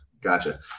Gotcha